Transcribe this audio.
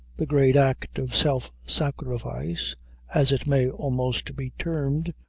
the great act of self-sacrifice, as it may almost be termed,